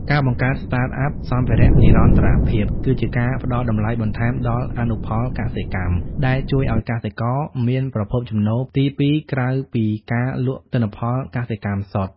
ការបង្កើត Startup សម្ភារៈនិរន្តរភាព គឺជាការផ្ដល់តម្លៃបន្ថែមដល់អនុផលកសិកម្ម ដែលជួយឱ្យកសិករមានប្រភពចំណូលទីពីរក្រៅពីការលក់ទិន្នផលកសិកម្មសុទ្ធ។